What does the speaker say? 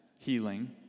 healing